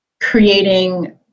creating